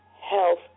health